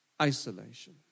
isolation